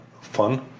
fun